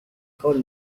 coal